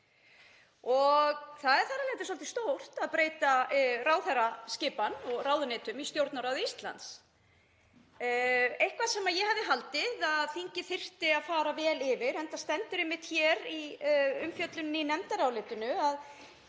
Það er þar af leiðandi svolítið stórt að breyta ráðherraskipan og ráðuneytum í Stjórnarráði Íslands, eitthvað sem ég hefði haldið að þingið þyrfti að fara vel yfir, enda stendur einmitt hér í umfjöllun í nefndarálitinu